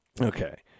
Okay